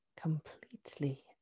completely